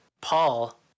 paul